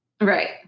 Right